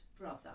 Brother